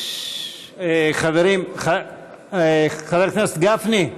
חברים, חבר הכנסת גפני,